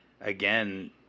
again